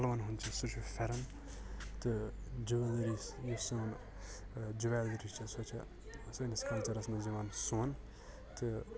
پَلوَن ہُنٛد چھُ سُہ چھُ فیٚرَن تہٕ جویٚلری چھَ سۄ جویٚلری چھَ سٲنِس کَلچَرَس مَنٛز یِوان سۄن تہٕ